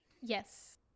yes